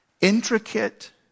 Intricate